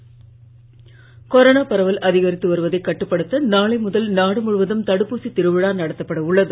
தடுப்பூசி திருவிழா கொரோனா பரவல் அதிகரித்து வருவதைக் கட்டுப்படுத்த நாளை முதல் நாடு முழுவதும் தடுப்பூசி திருவிழா நடத்தப்பட உள்ளது